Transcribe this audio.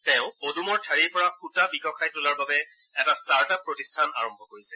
তেওঁ পদুমৰ ঠাৰিৰ পৰা সূঁতা বিকশাই তোলাৰ বাবে এটা টাৰ্ট আপ প্ৰতিষ্ঠান আৰম্ভ কৰিছে